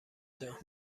جان